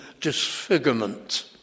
disfigurement